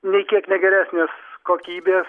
nei kiek ne geresnės kokybės